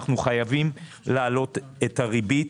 אנחנו חייבים להעלות את הריבית.